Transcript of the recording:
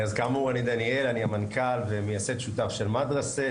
אני מנכ"ל ומייסד שותף של מדרסה.